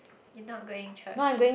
you not going church